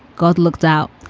god looked out.